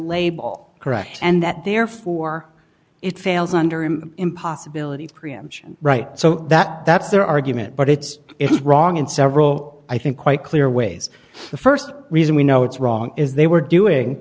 label correct and that therefore it fails under him impossibilities preemption right so that that's their argument but it's wrong in several i think quite clear ways the st reason we know it's wrong is they were doing